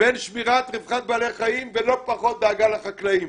בין שמירה על רווחת בעלי החיים ולא פחות דאגה לחקלאים.